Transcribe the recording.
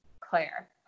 Claire